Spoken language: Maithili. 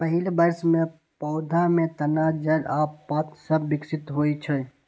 पहिल वर्ष मे पौधा मे तना, जड़ आ पात सभ विकसित होइ छै